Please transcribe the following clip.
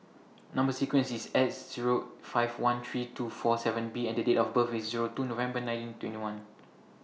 Number sequence IS S Zero five one three two four seven B and Date of birth IS Zero two November nineteen twenty one